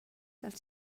dels